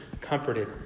comforted